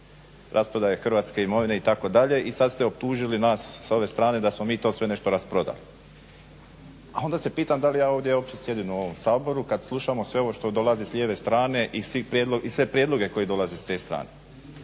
rasprodaje hrvatske imovine itd. i sad ste optužili nas s ove strane da smo mi to sve nešto rasprodali. A onda se pitam da li ja ovdje uopće sjedim u ovom Saboru kad slušamo sve ovo što dolazi s lijeve strane i sve prijedloge koji dolaze s te strane.